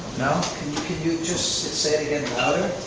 no. can you can you just say it again